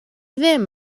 ddim